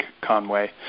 Conway